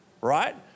right